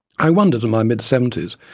i wondered, in my mid seventy s,